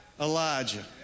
Elijah